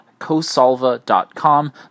cosalva.com